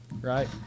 right